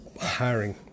hiring